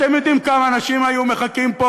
אתם יודעים כמה אנשים היו מחכים פה,